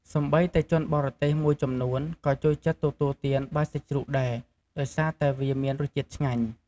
សូម្បីតែជនបរទេសមួយចំនួន ក៏ចូលចិត្តទទួលទានបាយសាច់ជ្រូកដែរ ដោយសារតែវាមានរសជាតិឆ្ងាញ់។